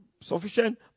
sufficient